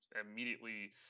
immediately